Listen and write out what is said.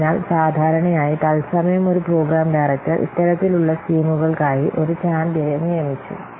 അതിനാൽ സാധാരണയായി തത്സമയം ഒരു പ്രോഗ്രാം ഡയറക്ടർ ഇത്തരത്തിലുള്ള സ്കീമുകൾക്കായി ഒരു ചാമ്പ്യനെ നിയമിച്ചു